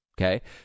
Okay